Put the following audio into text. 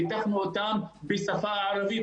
פיתחנו אותם בשפה הערבית,